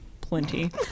plenty